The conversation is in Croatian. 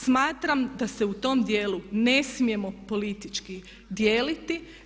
Smatram da se u tom dijelu ne smijemo politički dijeliti.